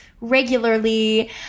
regularly